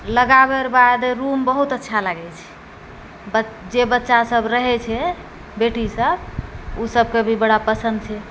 लगाबै रऽ बाद रूम बहुत अच्छा लागै छै जे बच्चा सब रहै छै बेटीसब ओसबके भी बड़ा पसन्द छै